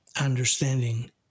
understanding